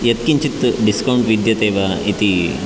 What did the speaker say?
यत्किञ्चित् डिस्कौण्ट् विद्यते वा इति